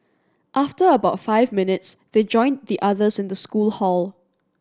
after about five minutes they joined the others in the school hall